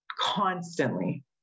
constantly